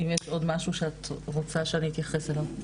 אם יש עוד משהו שאת רוצה שאני אתייחס אליו?